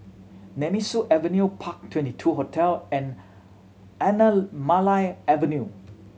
Nemesu Avenue Park Twenty two Hotel and Anamalai Avenue